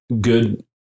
good